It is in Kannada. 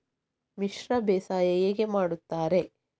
ಮಿಶ್ರ ಬೇಸಾಯ ಹೇಗೆ ಮಾಡುತ್ತಾರೆ?